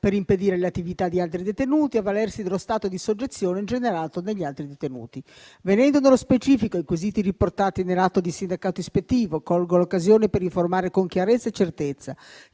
per impedire le attività di altri detenuti; avvalersi dello stato di soggezione generato degli altri detenuti. Venendo nello specifico dei quesiti riportati nell'atto di sindacato ispettivo, colgo l'occasione per informare con chiarezza e certezza